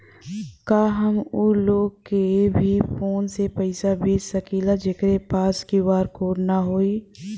का हम ऊ लोग के भी फोन से पैसा भेज सकीला जेकरे पास क्यू.आर कोड न होई?